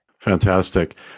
Fantastic